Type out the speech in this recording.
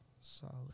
Solid